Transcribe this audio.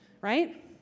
right